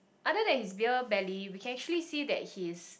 other than his beer belly we can actually see that he is